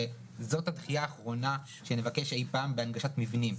מקווה שזו הדחייה האחרונה שנבקש אי פעם בהנגשת מבנים.